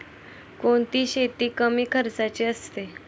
कोणती शेती कमी खर्चाची असते?